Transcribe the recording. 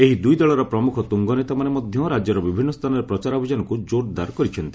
ଏହି ଦୁଇଦଳର ପ୍ରମୁଖ ତୁଙ୍ଗନେତାମାନେ ମଧ୍ୟ ରାଜ୍ୟର ବିଭିନ୍ନ ସ୍ଥାନରେ ପ୍ରଚାର ଅଭିଯାନକୁ ଜୋରଦାର କରିଛନ୍ତି